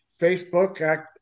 Facebook